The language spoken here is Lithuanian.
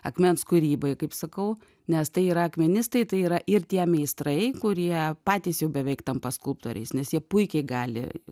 akmens kūrybai kaip sakau nes tai yra akmenistai tai yra ir tie meistrai kurie patys jau beveik tampa skulptoriais nes jie puikiai gali